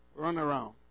runaround